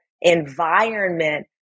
environment